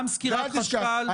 ואל תשכח,